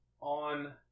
on